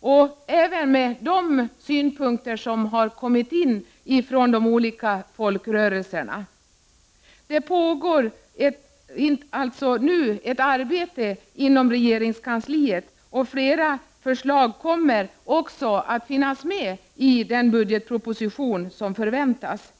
liksom även med de synpunkter som har kommit in från de olika folkrörelserna. Det pågår nu ett arbete inom regeringskansliet, och flera förslag kommer att finnas med i den budgetproposition som förväntas.